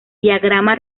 diagrama